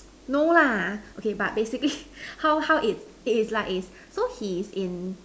no lah okay but basically how how it it is like is so he is in